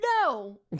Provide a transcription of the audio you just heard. no